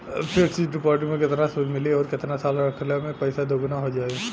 Fix deposit मे केतना सूद मिली आउर केतना साल रखला मे पैसा दोगुना हो जायी?